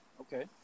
okay